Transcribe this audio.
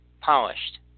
Polished